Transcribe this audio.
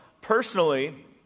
personally